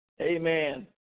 Amen